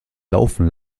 laufen